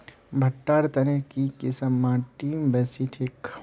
भुट्टा र तने की किसम माटी बासी ठिक?